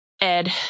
Ed